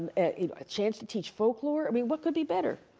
a chance to teach folklore. i mean, what could be better?